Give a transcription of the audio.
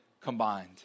combined